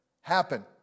happen